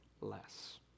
less